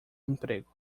emprego